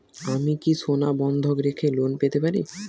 আমি কি সোনা বন্ধক রেখে লোন পেতে পারি?